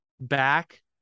back